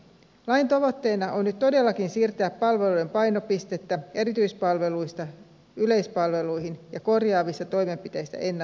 lain tavoitteena on nyt todellakin siirtää palvelujen painopistettä erityispalveluista yleispalveluihin ja korjaavista toimenpiteistä ennalta ehkäiseviin